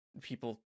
people